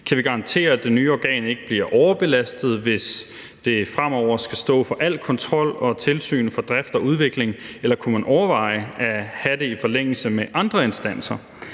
Kan vi garantere, at det nye organ ikke bliver overbelastet, hvis det fremover skal stå for al kontrol af og alt tilsyn med drift og udvikling, eller kunne man overveje at have det i forlængelse af andre instanser?